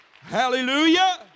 Hallelujah